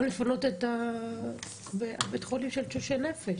גם לפנות את בית החולים של תשושי הנפש.